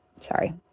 Sorry